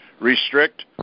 restrict